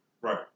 Right